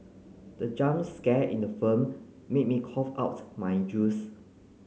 the jump scare in the film made me cough out my juice